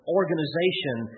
organization